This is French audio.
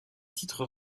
titres